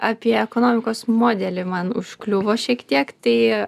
apie ekonomikos modelį man užkliuvo šiek tiek tai